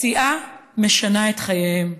הפציעה משנה את חייהם,